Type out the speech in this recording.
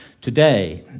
today